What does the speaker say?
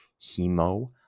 hemo